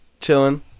chilling